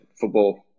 football